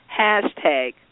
hashtag